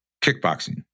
kickboxing